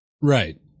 Right